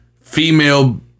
female